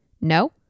No